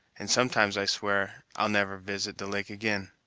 and sometimes i swear i'll never visit the lake again.